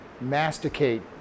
masticate